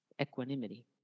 Equanimity